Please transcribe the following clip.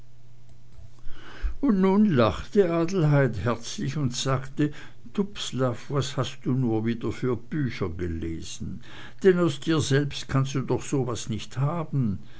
und nun lachte adelheid herzlich und sagte dubslav was hast du nur wieder für bücher gelesen denn aus dir selbst kannst du doch so was nicht haben